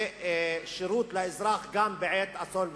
ושירות לאזרח גם בעת אסון וצרה.